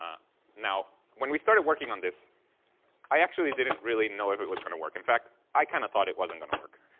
now, when we started working on this i actually didn't really know if it was going to work. in fact, i kind of thought it wasn't going to work.